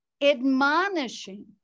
admonishing